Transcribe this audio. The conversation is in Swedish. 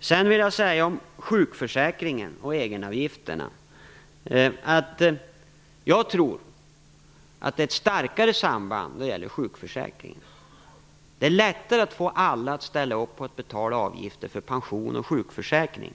Sedan till sjukförsäkringen och egenavgifterna. Jag tror på ett starkare samband när det gäller sjukförsäkringen. Det är lättare att få alla att ställa upp på att betala avgifter för pension och sjukförsäkring.